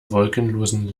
wolkenlosen